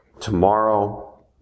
tomorrow